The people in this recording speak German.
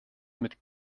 mit